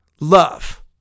love